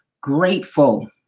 grateful